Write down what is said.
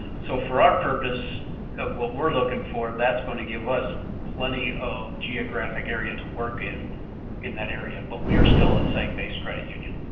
so for our purpose of what we're looking for, that's going to give us plenty of geographic area to work in in that area, but we are still a seg-based credit union.